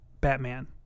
Batman